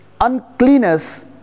uncleanness